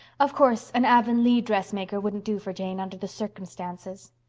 of course an avonlea dressmaker wouldn't do for jane under the circumstances.